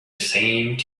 same